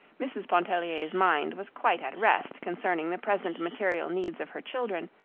mrs. pontellier's mind was quite at rest concerning the present material needs of her children,